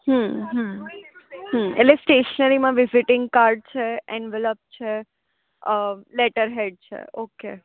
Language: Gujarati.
હં હં હં એટલે સ્ટેશનરીમાં વિઝિટિંગ કાર્ડ છે એનવલ્પ છે લેટર હેડ છે ઓકે